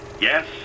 Yes